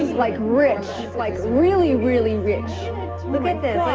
like, rich. like, really, really rich look at this.